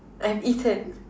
I have eaten